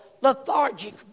lethargic